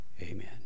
amen